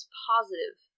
positive